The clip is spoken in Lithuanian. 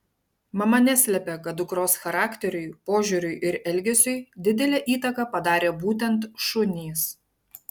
mama neslepia kad dukros charakteriui požiūriui ir elgesiui didelę įtaką padarė būtent šunys